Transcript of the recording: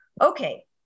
okay